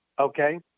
okay